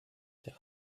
der